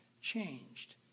changed